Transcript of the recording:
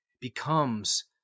becomes